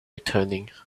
returning